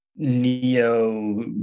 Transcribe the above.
neo